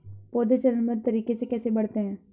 पौधे चरणबद्ध तरीके से कैसे बढ़ते हैं?